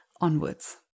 onwards